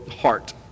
heart